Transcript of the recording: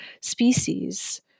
species